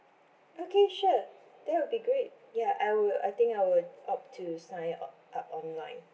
okay sure that would be great ya I will I think I will opt to sign up up online